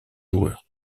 joueur